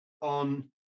on